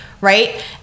Right